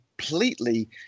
Completely